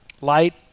Light